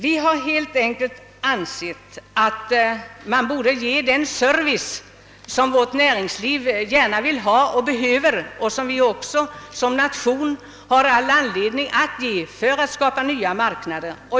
Vi har helt enkelt ansett att man borde ge den service som vårt näringsliv gärna vill ha och behöver och som vi också som nation har all anledning att ge för att skapa nya marknader.